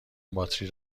باتری